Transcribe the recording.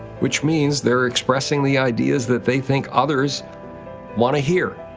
which means they're expressing the ideas that they think others want to hear.